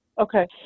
Okay